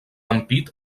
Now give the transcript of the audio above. ampit